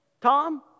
Tom